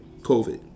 COVID